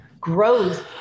growth